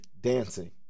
dancing